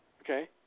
Okay